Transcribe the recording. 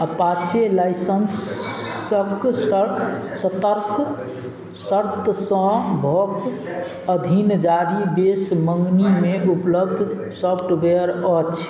Apache लाइसेन्सके स सतर्क शर्त सबके अधीन जारी बेस मँगनीमे उपलब्ध सॉफ्टवेअर अछि